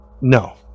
No